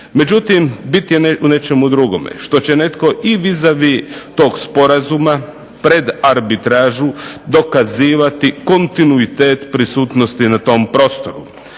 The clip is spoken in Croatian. Međutim, bit je u nečemu drugome. Što će netko i vis-a-vis tog sporazuma pred arbitražu dokazivati kontinuitet prisutnosti na tom prostoru.